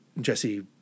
Jesse